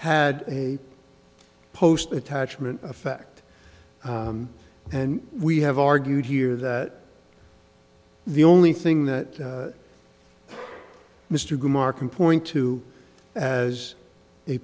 had a post attachment effect and we have argued here that the only thing that mr good marking point to as a